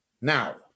now